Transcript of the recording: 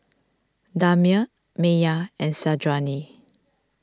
Damia Maya and Syazwani